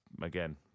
Again